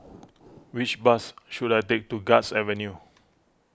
which bus should I take to Guards Avenue